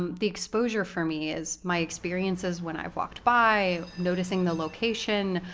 um the exposure for me is my experiences when i've walked by, noticing the location,